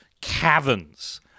caverns